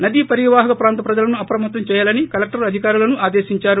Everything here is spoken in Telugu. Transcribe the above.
నదీ పరివాహక ప్రాంత ప్రజలను అప్రమత్తం చేయాలని కలెక్షర్ అధికారులను ఆదేశించారు